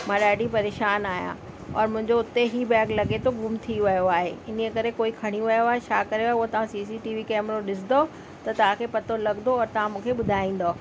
मां ॾाढी परेशान आहियां और मुंहिंजो हुते ई बैग लॻे थो गुमु थी वियो आहे इन ई करे कोई खणी वियो आहे छा करे हो तव्हां सी सी टी वी कैमरो ॾिसंदो त तव्हांखे पतो लॻंदो और तव्हां मूंखे ॿुधाईंदो